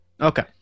Okay